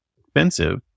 expensive